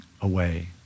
away